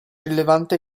rilevante